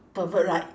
pervert right